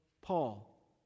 Paul